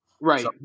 Right